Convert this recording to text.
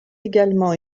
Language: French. également